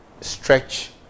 Stretch